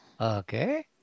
Okay